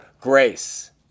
grace